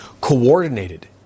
coordinated